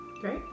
great